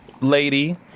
lady